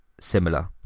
similar